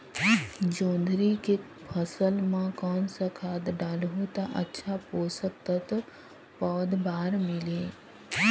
जोंदरी के फसल मां कोन सा खाद डालहु ता अच्छा पोषक तत्व पौध बार मिलही?